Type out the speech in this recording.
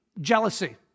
Jealousy